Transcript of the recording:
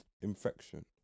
infection